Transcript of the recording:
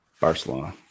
Barcelona